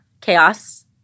Chaos